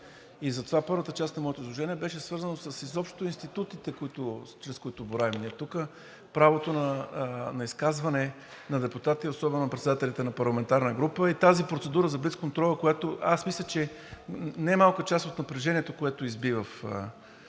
И затова първата част на моето изложение беше свързана изобщо с институтите, чрез които боравим ние тук. Правото на изказване на депутати, особено на председателите на парламентарна група, и тази процедура за блицконтрола. Аз мисля, че немалка част от напрежението, което изби в